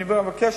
אני מבקש,